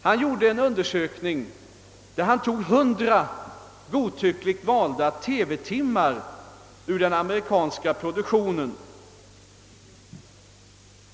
Han undersökte ett hundra godtyckligt utvalda TV timmar i den amerikanska produktionen.